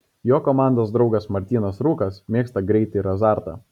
jo komandos draugas martynas rūkas mėgsta greitį ir azartą